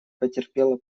потерпела